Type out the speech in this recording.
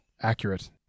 accurate